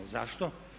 Zašto?